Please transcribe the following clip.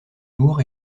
lourd